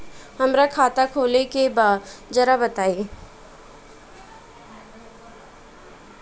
हमरा खाता खोले के बा जरा बताई